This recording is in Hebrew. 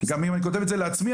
גם אם אני כותב את זה לעצמי,